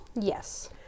Yes